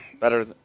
Better